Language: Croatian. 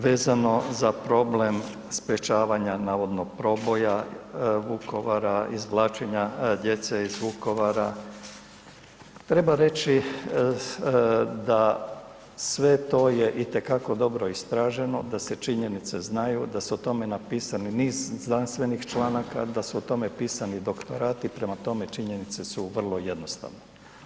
Vezano za problem sprječavanje navodnog proboja Vukovara, izvlačenja djece iz Vukovara, treba reći da sve to je itekako dobro istraženo, da se činjenice znaju, da su o tome napisani niz znanstvenih članaka, da su o tome pisani i doktorati, prema tome činjenice su vrlo jednostavne.